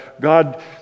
God